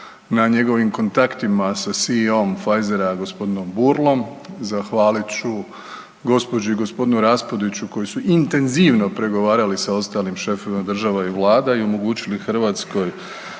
na njegovim kontaktima sa …/Govornik se ne razumije/…Pfizera g. Burlom, zahvalit ću gđi. i g. Raspudiću koji su intenzivno pregovarali sa ostalim šefovima država i vlada i omogućili Hrvatskoj